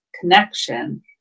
connection